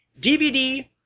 DVD